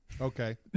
Okay